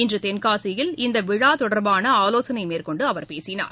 இன்று தென்காசியில் இந்த விழா தொடர்பான ஆலோசனை மேற்கொண்டு அவர் பேசினார்